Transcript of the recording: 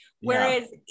Whereas